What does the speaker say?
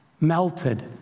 melted